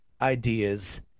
ideas